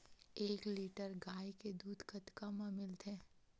एक लीटर गाय के दुध कतका म मिलथे?